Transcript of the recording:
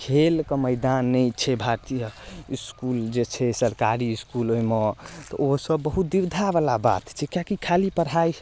खेलके मैदान नहि छै भारतीय इसकुल जे छै सरकारी इसकुल ओइमे तऽ ओ सब बहुत दुविधावला बात छै किएक कि खाली पढ़ाइ